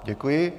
Děkuji.